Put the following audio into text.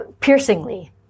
piercingly